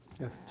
Yes